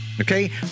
Okay